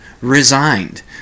resigned